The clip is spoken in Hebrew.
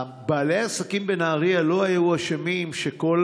בעלי העסקים בנהריה לא היו אשמים שכל